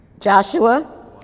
Joshua